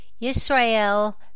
Israel